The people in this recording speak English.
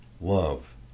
Love